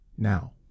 now